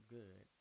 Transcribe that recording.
good